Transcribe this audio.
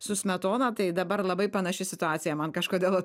su smetona tai dabar labai panaši situacija man kažkodėl